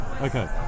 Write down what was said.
Okay